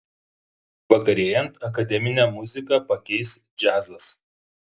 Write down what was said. vakarėjant akademinę muziką pakeis džiazas